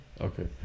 Okay